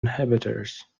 inhibitors